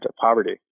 poverty